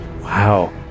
Wow